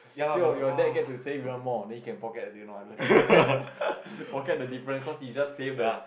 said your dad get be saved even more then you can pocket the no I just kidding pocket the difference cause you just pay the